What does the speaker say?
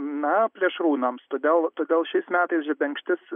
na plėšrūnams todėl todėl šiais metais žebenkštis